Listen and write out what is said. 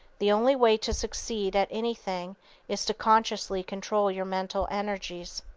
the only way to succeed at anything is to consciously control your mental energies.